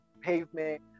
pavement